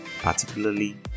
particularly